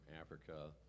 Africa